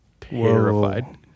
terrified